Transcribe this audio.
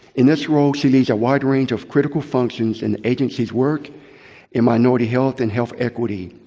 in this role, she leads a wide range of critical functions in the agency's work in minority health and health equity,